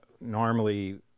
normally